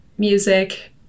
music